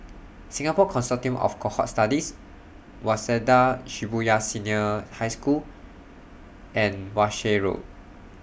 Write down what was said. Singapore Consortium of Cohort Studies Waseda Shibuya Senior High School and Walshe Road